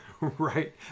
Right